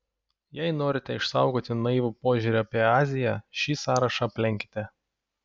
jei norite išsaugoti naivų požiūrį apie aziją šį sąrašą aplenkite